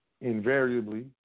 invariably